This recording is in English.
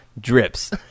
Drips